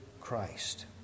Christ